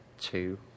two